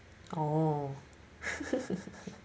oh